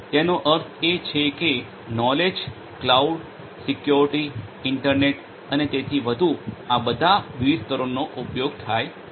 તેનો અર્થ છે એ કે નોલેજ ક્લાઉડ સિક્યુરિટી ઇન્ટરનેટ અને તેથી વધુ આ બધા વિવિધ સ્તરોનો ઉપયોગ થાય છે